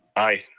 aye.